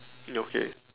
okay